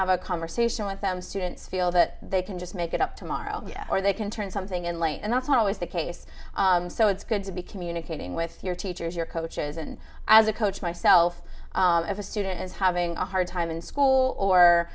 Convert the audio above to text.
have a conversation with them students feel that they can just make it up tomorrow or they can turn something in late and that's not always the case so it's good to be communicating with your teachers your coaches and as a coach myself as a student as having a hard time in school